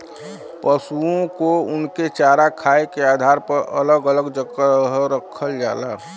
पसुओ को उनके चारा खाए के आधार पर अलग अलग जगह रखल जाला